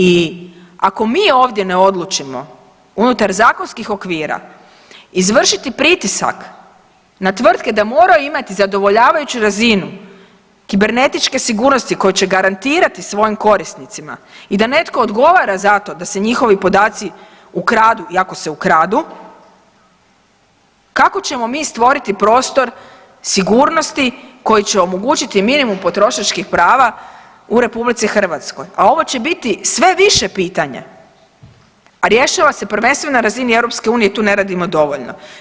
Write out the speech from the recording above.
I ako mi ovdje ne odlučimo unutar zakonskih okvira izvršiti pritisak na tvrtke da moraju imati zadovoljavajuću razinu kibernetičke sigurnosti koji će garantirati svojim korisnicima i da netko odgovora za to da se njihovi podaci ukradu i ako se ukradu kako ćemo mi stvoriti prostor sigurnosti koji će omogućiti minimum potrošačkih prava u RH, a ovo će biti sve više pitanje, a rješava se prvenstveno na razini EU i tu ne radimo dovoljno.